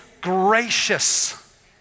gracious